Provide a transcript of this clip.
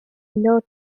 lord